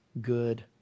good